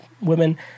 women